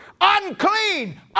unclean